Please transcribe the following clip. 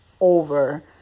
over